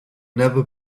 never